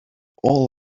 all